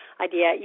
idea